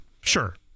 Sure